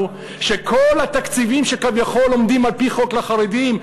שכל התקציבים שכביכול עומדים על-פי חוק לחרדים,